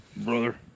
brother